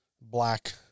black